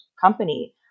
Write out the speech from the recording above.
company